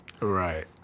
Right